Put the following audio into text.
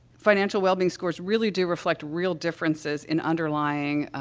financial wellbeing scores really do reflect real differences in underlying,